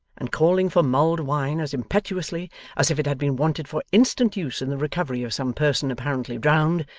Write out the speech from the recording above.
and calling for mulled wine as impetuously as if it had been wanted for instant use in the recovery of some person apparently drowned,